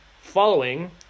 following